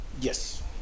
Yes